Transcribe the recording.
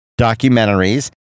documentaries